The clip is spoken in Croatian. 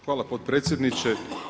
Hvala potpredsjedniče.